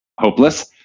hopeless